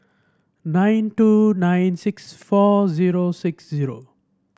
nine two nine six four zero six zero